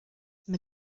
mae